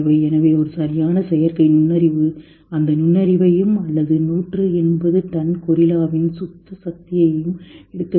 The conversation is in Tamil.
எனவே ஒரு சரியான செயற்கை நுண்ணறிவு அந்த நுண்ணறிவையும் அல்லது நூற்று எண்பது டன் கொரில்லாவின் சுத்த சக்தியையும் எடுக்க வேண்டும்